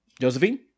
Josephine